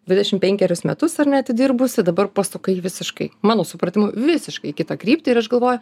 dvidešim penkerius metus ar ne atidirbusi dabar pasuka į visiškai mano supratimu visiškai į kitą kryptį ir aš galvoju